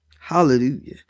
Hallelujah